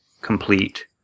complete